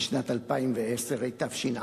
התש"ע